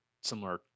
similar